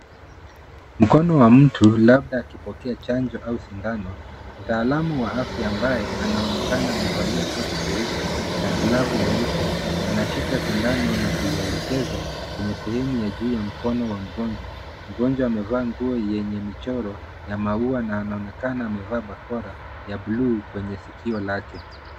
Mkono wa mtu labda akipokea chanjo au sindano mtaalamu wa afya ambaye anaonekana amevalia koti jeupe na glavu nyeupe anashika sindano na kuielekeza kwenye sehemu ya juu ya mkono wa mgonjwa. Mgonjwa amevaa nguo yenye michoro ya maua na anaonekana amevaa bakora ya blue kwenye sikio lake.